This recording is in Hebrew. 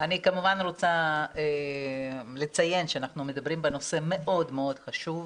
אני רוצה לציין שאנחנו מדברים בנושא מאוד מאוד חשוב,